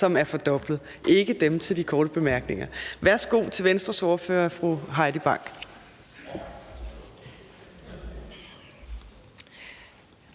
som er fordoblet – ikke taletiden til de korte bemærkninger. Værsgo til Venstres ordfører fru Heidi Bank.